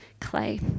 clay